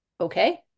okay